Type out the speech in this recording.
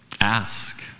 Ask